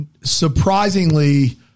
surprisingly